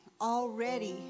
already